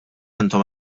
intom